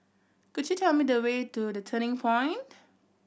could you tell me the way to The Turning Point